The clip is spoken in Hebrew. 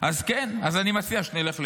אז כן, אני מציע שנלך לשם.